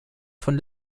von